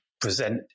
present